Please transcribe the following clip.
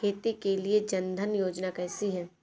खेती के लिए जन धन योजना कैसी है?